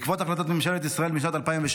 בעקבות החלטת ממשלת ישראל משנת 2016